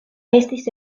estis